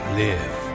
live